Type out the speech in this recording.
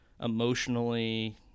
emotionally